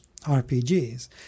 RPGs